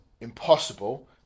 impossible